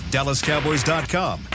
DallasCowboys.com